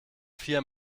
vier